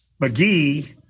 McGee